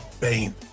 Bane